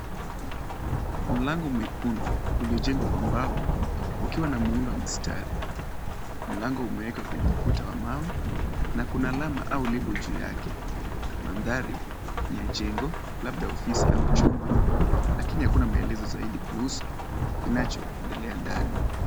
Mlango mwekundu, uliojengwa kwa mbao ukiwa na muundo wa mistari, mlango umewekwa kwenye ukuta wa mawe na kuna alama ama lebo juu yake. Mandhari ni ya jengo, labda ofisi au chumba lakini hakuna maelezo zaidi kuhusu kinachoendelea ndani.